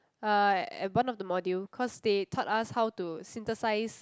uh at one of the module cause they taught us how to synthesize